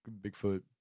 bigfoot